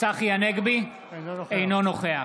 אינו נוכח